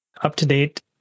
up-to-date